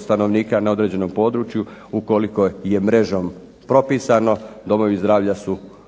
stanovnika na određenom području, ukoliko je mrežom propisano domovi zdravlja su